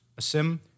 Asim